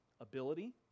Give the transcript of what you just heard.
Ability